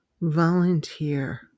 volunteer